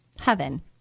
heaven